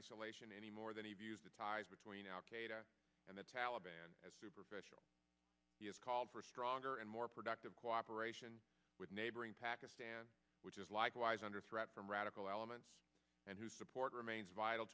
isolation any more than he views the ties between al qaeda and the taliban as superficial he has called for stronger and more productive cooperation with neighboring pakistan which is likewise under threat from radical elements and whose support remains vital